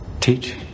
Teach